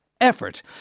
effort